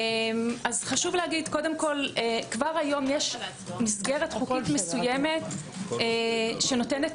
חשוב לומר כבר היום יש מסגרת חוקית מסוימת שנותנת